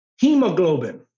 Hemoglobin